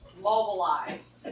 mobilized